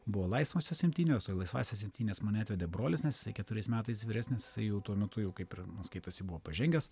buvo laisvosios imtynės o į laisvąsias imtynes mane atvedė brolis nes jis keturiais metais vyresnis jau tuo metu jau kaip ir skaitosi buvo pažengęs